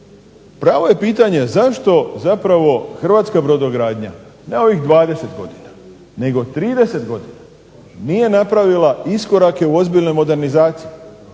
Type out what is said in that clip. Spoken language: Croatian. Pravo je pitanje zašto zapravo hrvatska brodogradnja, ne ovih 20 godina nego 30 godina, nije napravila iskorake u ozbiljnoj modernizaciji?